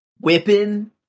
whipping